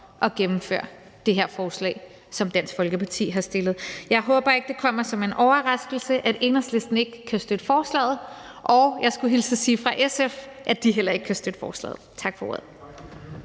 at gennemføre det her forslag, som Dansk Folkeparti har fremsat. Jeg håber ikke, det kommer som en overraskelse, at Enhedslisten ikke kan støtte forslaget, og jeg skulle hilse og sige fra SF, de heller ikke kan støtte forslaget. Tak for ordet.